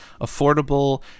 affordable